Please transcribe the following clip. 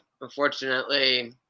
Unfortunately